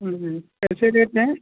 हाँ जी कैसे रेट हैं